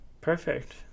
Perfect